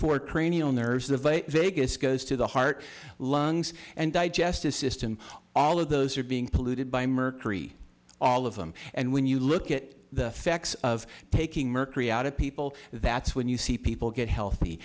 the vegas goes to the heart lungs and digestive system all of those are being polluted by mercury all of them and when you look at the facts of taking mercury out of people that's when you see people get healthy